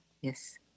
Yes